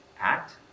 act